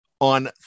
on